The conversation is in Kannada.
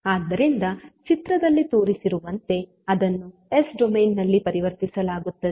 ಆದ್ದರಿಂದ ಚಿತ್ರದಲ್ಲಿ ತೋರಿಸಿರುವಂತೆ ಅದನ್ನು ಎಸ್ ಡೊಮೇನ್ ನಲ್ಲಿ ಪರಿವರ್ತಿಸಲಾಗುತ್ತದೆ